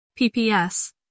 PPS